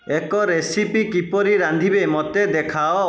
ଏକ ରେସିପି କିପରି ରାନ୍ଧିବେ ମୋତେ ଦେଖାଅ